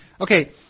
Okay